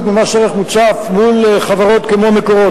ממס ערך מוסף מול חברות כמו "מקורות",